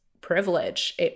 privilege